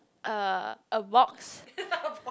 uh a box